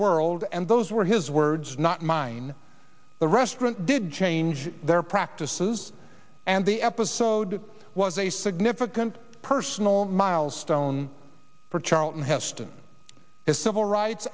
world and those were his words not mine the restaurant did change their practices and the episode was a significant personal milestone for charlton heston